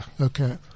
Okay